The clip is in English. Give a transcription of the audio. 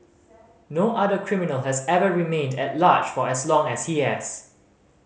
no other criminal has ever remained at large for as long as he has